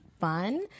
fun